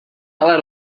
ale